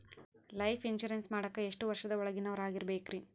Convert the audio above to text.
Life insurance ಮಾಡಾಕ ಎಷ್ಟು ವರ್ಷದ ಒಳಗಿನವರಾಗಿರಬೇಕ್ರಿ?